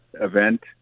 event